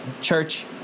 Church